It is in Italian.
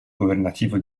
governativo